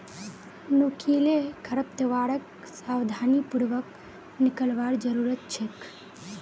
नुकीले खरपतवारक सावधानी पूर्वक निकलवार जरूरत छेक